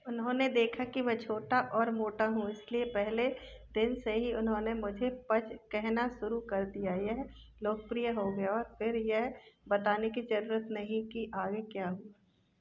उन्होंने देखा कि मैं छोटा और मोटा हूँ इसलिए पहले दिन से ही उन्होंने मुझे पज कहना शुरू कर दिया यह लोकप्रिय हो गया और फ़िर यह बताने की ज़रूरत नहीं है कि आगे क्या हुआ